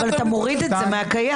אתה מוריד את זה מהקיים.